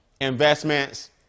Investments